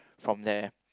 from there